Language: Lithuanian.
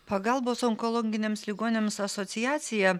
pagalbos onkologiniams ligoniams asociacija